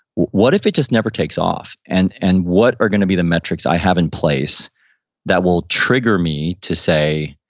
what if it just never takes off? and and what are going to be the metrics i have in place that will trigger me to say,